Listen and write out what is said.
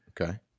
Okay